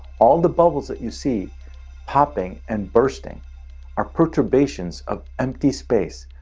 all the bubbles that you see popping and bursting are perturbations of empty space.